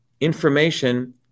information